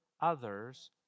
others